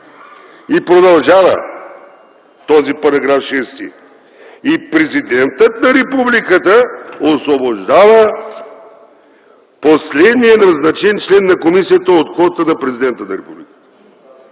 6 продължава: „и Президентът на републиката освобождава последния назначен член на комисията от квотата на Президента на републиката”.